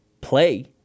play